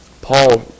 Paul